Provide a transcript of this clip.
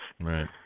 Right